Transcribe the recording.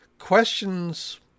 Questions